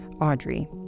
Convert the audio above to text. Audrey